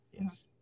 Yes